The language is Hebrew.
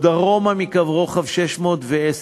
או דרומה מקו רוחב 619,